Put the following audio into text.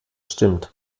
stimmt